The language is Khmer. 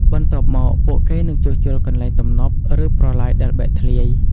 បន្ទាប់មក ពួកគេនឹងជួសជុលកន្លែងទំនប់ ឬប្រឡាយដែលបែកធ្លាយ។